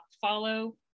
follow